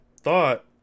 thought